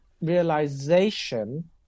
realization